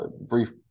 Brief